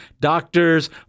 doctors